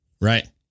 right